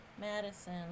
Madison